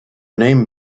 name